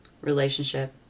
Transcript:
relationship